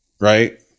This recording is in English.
right